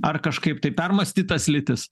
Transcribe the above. ar kažkaip tai permąstyt tas lytis